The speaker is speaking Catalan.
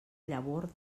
llavor